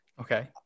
Okay